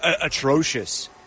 atrocious